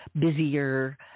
busier